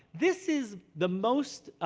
this is the most